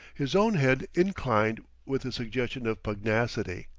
his own head inclined with a suggestion of pugnacity.